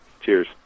Cheers